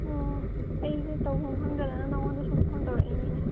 ꯑꯣ ꯑꯩꯁꯦ ꯇꯧꯕꯝ ꯈꯪꯗꯗꯅ ꯃꯉꯣꯟꯗ ꯁꯨꯝ ꯐꯣꯟ ꯇꯧꯔꯛ ꯏꯅꯤꯅꯦ